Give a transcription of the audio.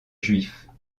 juifs